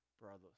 brothers